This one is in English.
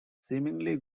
seemingly